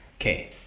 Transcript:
okay